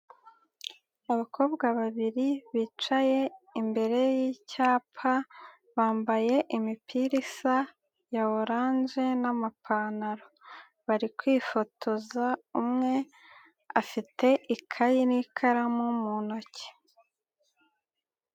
Abakobwa babiri bicaye imbere y'icyapa bambaye imipira isa ya oranje n'amapantaro. Bari kwifotoza umwe afite ikayi n'ikaramu mu ntoki.